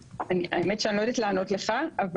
האמת שאני לא יודעת לענות לך.